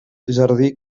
jardí